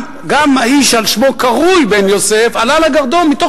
גם האיש שעל שמו קרוי בן יוסף עלה לגרדום מתוך